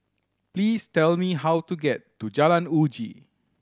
please tell me how to get to Jalan Uji